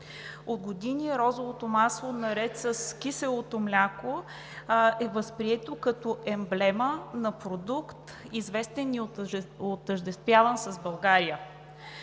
От години розовото масло наред с киселото мляко е възприето като емблема на продукт, известен и отъждествяван с България.